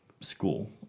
school